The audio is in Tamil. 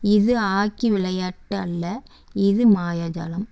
இது ஹாக்கி விளையாட்டு அல்ல இது மாயாஜாலம்